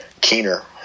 Keener